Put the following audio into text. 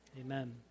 amen